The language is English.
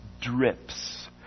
drips